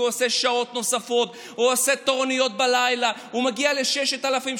כי הוא עושה שעות נוספות או עושה תורנויות בלילה ומגיע ל-6,000,